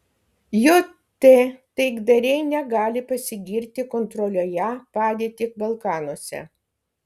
jt taikdariai negali pasigirti kontroliuoją padėtį balkanuose